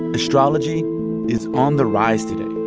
astrology is on the rise today,